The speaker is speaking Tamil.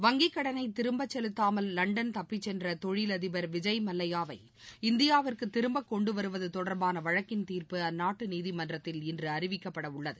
வங்கிக் கடனை திரும்பச் செலுத்தாமல் லண்டன் தப்பிச் சென்ற தொழிலதிபர் விஜய் மல்லையாவை இந்தியாவிற்கு திரும்பக் கொண்டுவருவது தொடர்பான வழக்கின் தீர்ப்பு அந்நாட்டு நீதிமன்றத்தில் இன்று அறிவிக்கப்படவுள்ளது